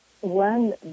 One